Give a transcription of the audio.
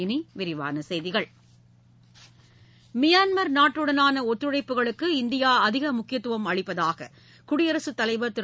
இனி விரிவான செய்திகள் மியான்மர் நாட்டுடனான ஒத்துழைப்புகளுக்கு இந்தியா அதிக முக்கியத்துவம் அளிப்பதாக குடியரசுத் தலைவர் திரு